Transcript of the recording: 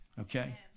okay